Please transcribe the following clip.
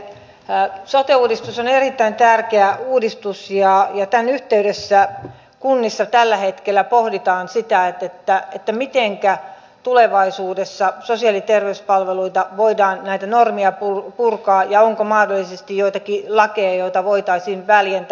sote uudistus on erittäin tärkeä uudistus ja tämän yhteydessä kunnissa tällä hetkellä pohditaan sitä mitenkä tulevaisuudessa sosiaali ja terveyspalveluissa voidaan näitä normeja purkaa ja onko mahdollisesti joitakin lakeja joita voitaisiin väljentää